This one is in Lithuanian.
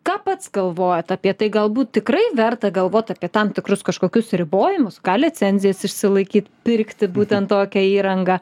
ką pats galvojat apie tai galbūt tikrai verta galvot apie tam tikrus kažkokius ribojimus gal licencijas išsilaikyt pirkti būtent tokią įrangą